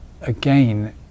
again